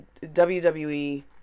WWE